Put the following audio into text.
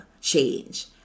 change